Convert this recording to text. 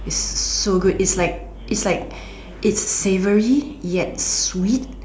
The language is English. it's so good it's like it's like it's savoury yet sweet